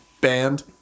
Band